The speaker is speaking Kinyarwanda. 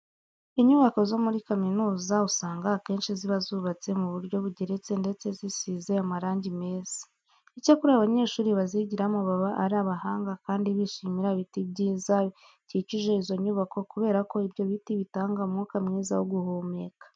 Inyubako zo muri kaminuza usanga akenshi ziba zubatse mu buryo bugeretse ndetse zisize amarange meza. Icyakora abanyeshuri bazigiramo baba ari abahanga kandi bishimira ibiti byiza bikikije izo nyubako kubera ko ibyo biti bitanga umwuka mwiza wo guhumeka.